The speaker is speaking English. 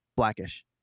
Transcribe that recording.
Blackish